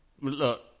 look